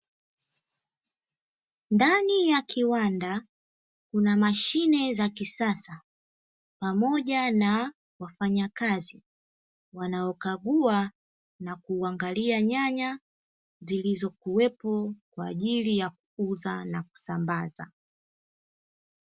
Ndani ya kiwanda, kuna mashine za kisasa pamoja na wafanyakazi, wanaokagua na kuangalia nyanya, zilizokuwepo kwa ajili ya kuuza na kusambaza.